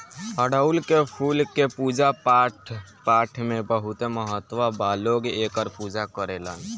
अढ़ऊल के फूल के पूजा पाठपाठ में बहुत महत्व बा लोग एकर पूजा करेलेन